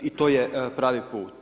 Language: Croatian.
I to je pravi put.